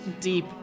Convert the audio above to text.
deep